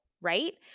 right